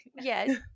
yes